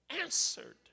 answered